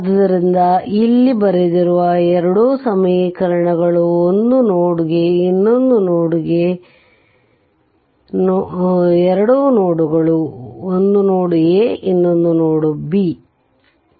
ಆದ್ದರಿಂದ ಇಲ್ಲಿ ಬರೆದಿರುವ 2 ಸಮೀಕರಣಗಳು ಒಂದು ನೋಡ್ a ಗೆಇನ್ನೊಂದು ನೋಡ್ ಗೆ